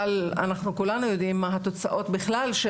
כולנו יודעים מה התוצאות בכלל של